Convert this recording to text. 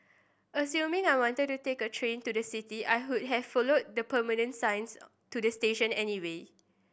assuming I wanted to take the train to the city I could have followed permanent signs to the station anyway